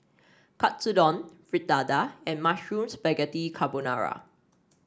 Katsudon Fritada and Mushroom Spaghetti Carbonara